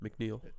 McNeil